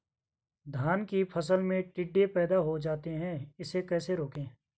धान की फसल में टिड्डे पैदा हो जाते हैं इसे कैसे रोकें?